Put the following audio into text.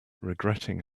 regretting